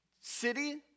city